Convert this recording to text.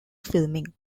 filming